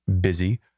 busy